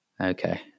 Okay